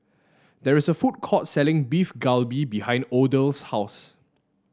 there is a food court selling Beef Galbi behind Odell's house